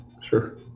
Sure